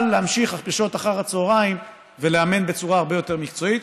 להמשיך בשעות אחר הצוהריים לאמן בצורה הרבה יותר מקצועית.